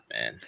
man